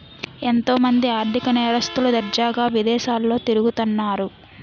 ఎంతో మంది ఆర్ధిక నేరస్తులు దర్జాగా విదేశాల్లో తిరుగుతన్నారు